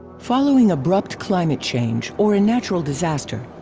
following abrupt climate change or a natural disaster,